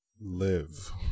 Live